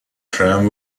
tram